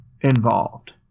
involved